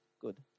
Good